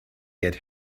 get